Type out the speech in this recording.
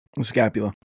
Scapula